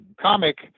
comic